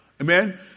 Amen